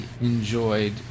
enjoyed